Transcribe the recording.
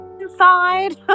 inside